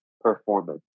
performance